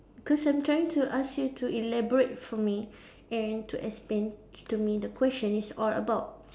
cause I'm trying to ask you to elaborate for me and to explain to me the question is all about